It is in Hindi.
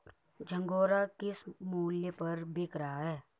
झंगोरा किस मूल्य पर बिक रहा है?